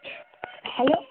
hello